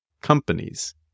companies